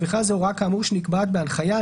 ובכלל זה הוראה כאמור שנקבעת בהנחיה,